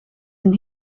een